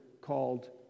called